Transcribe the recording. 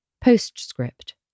Postscript